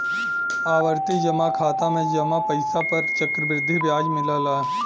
आवर्ती जमा खाता में जमा पइसा पर चक्रवृद्धि ब्याज मिलला